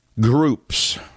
groups